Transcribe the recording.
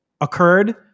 occurred